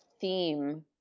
theme